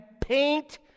paint